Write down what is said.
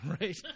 right